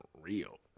real